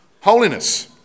Holiness